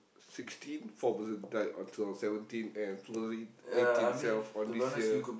sixteen four person died on two thousand seventeen and two thousand eight~ eighteen itself on this year